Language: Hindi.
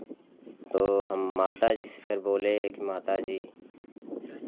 तो हम माता जी से फेर बोले कि माता जी